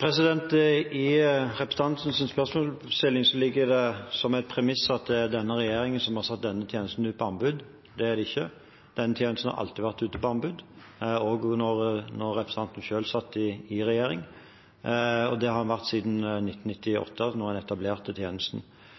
I representantens spørsmålsstilling ligger det som et premiss at det er denne regjeringen som har satt denne tjenesten ut på anbud. Det er det ikke. Denne tjenesten har alltid vært ute på anbud, også da representanten selv satt i regjering, og det har den vært siden 1998, da en etablerte tjenesten.